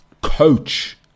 coach